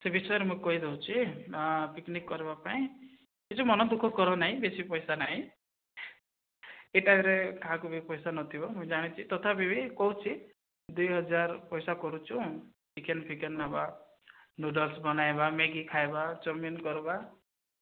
ସେ ବିଷୟରେ ମୁଁ କହି ଦେଉଛି ପିକନିକ୍ କରିବା ପାଇଁ କିଛି ମନ ଦୁଃଖ କର ନାହିଁ ବେଶୀ ପଇସା ନାଇଁ ଏଇଟାରେ କାହାକୁ ବି ପଇସା ନଥିବ ମୁଁ ଜାଣିଛି ତଥାପି ବି କହୁଛି ଦୁଇ ହଜାର ପଇସା କରୁଛୁ ଚିକେନ୍ ଫିକେନ୍ ହେବା ନୁଡଲସ୍ ବନେଇବା ମେଗି ଖାଇବା ଚାଓମିନ୍ କରିବା